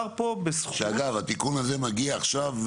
שאגב התיקון הזה מגיע עכשיו,